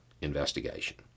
investigation